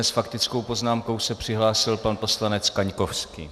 S faktickou poznámkou se přihlásil pan poslanec Kaňkovský.